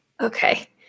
Okay